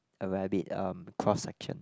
a rabbit um cross section